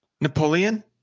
Napoleon